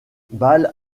ball